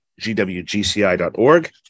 gwgci.org